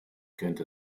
könnte